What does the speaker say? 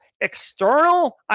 external